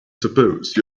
suppose